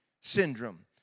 syndrome